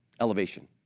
elevation